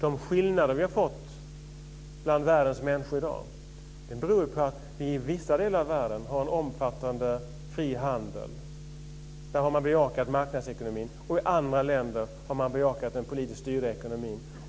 De skillnader vi har fått bland världens människor i dag beror på att vi i vissa delar av världen har en omfattande fri handel. Där har man bejakat marknadsekonomin. I andra länder har man bejakat den politiskt styrda ekonomin.